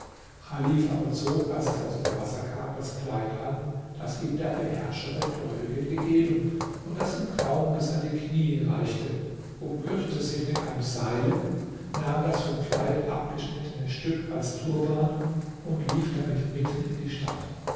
aber zog als er aus dem wasser kam das kleid an das ihm der beherrscher der gläubigen gegeben und das ihm kaum bis an die kniee reichte umgürtete sich mit einem seile nahm das vom kleid abgeschnittene stück als turban und lief damit mitten in die stadt